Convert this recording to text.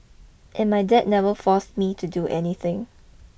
and my dad never forced me to do anything